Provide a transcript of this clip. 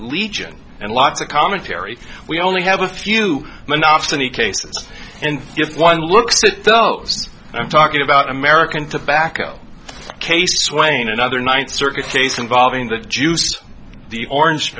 legion and lots of commentary we only have a few monopsony cases and if one looks at those i'm talking about american tobacco case swain and other ninth circuit case involving the juice the orange